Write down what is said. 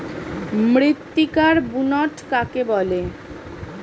মৃত্তিকার বুনট কাকে বলে?